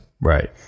Right